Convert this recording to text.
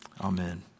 amen